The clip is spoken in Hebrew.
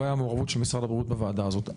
לא הייתה מעורבות של משרד הבריאות בוועדה הזאת.